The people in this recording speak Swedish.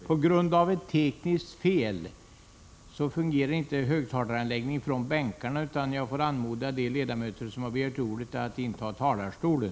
På grund av ett tekniskt fel fungerar inte högtalaranläggningen i ledamöternas bänkar, och jag får därför anmoda de ledamöter som får ordet att gå upp i talarstolen.